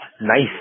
nice